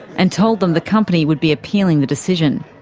and told them the company would be appealing the decision.